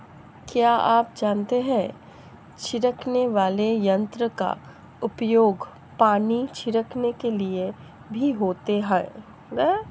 क्या आप जानते है छिड़कने वाले यंत्र का उपयोग पानी छिड़कने के लिए भी होता है?